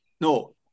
No